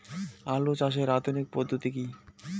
আলু চাষের আধুনিক পদ্ধতি কি?